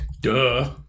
Duh